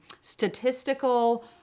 statistical